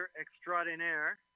extraordinaire